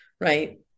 right